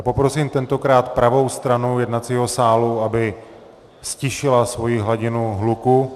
Poprosím tentokrát pravou stranu jednacího sálu, aby ztišila svoji hladinu hluku.